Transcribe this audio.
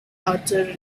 outer